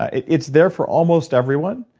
it's there for almost everyone,